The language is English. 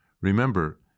Remember